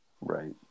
Right